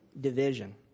division